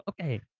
Okay